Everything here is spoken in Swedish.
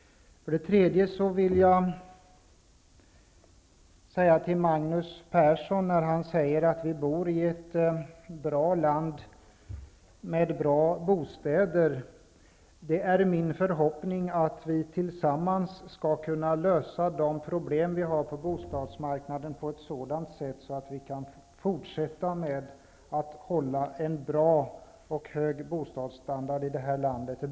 Magnus Persson sade att vi bor i ett bra land med bra bostäder. Det är min förhoppning att vi tillsammans skall kunna lösa de problem vi har på bostadsmarknaden på ett sådant sätt att vi kan fortsätta att hålla en bra och hög bostadsstandard i det här landet.